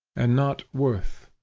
and not worth.